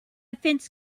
fence